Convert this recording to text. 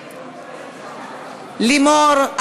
לימור,